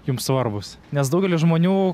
jums svarbūs nes daugelis žmonių